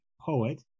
poet